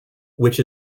which